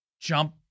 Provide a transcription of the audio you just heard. jump